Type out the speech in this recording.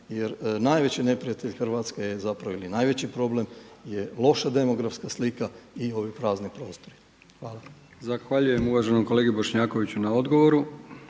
Jer najveći neprijatelj Hrvatske je ili zapravo najveći problem je loša demografska slika i ovi prazni prostori. Hvala. **Brkić, Milijan (HDZ)** Zahvaljujem uvaženom kolegi Bošnjakoviću na odgovoru.